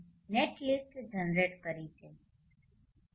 net net list generate કરી છે parallel